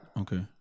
Okay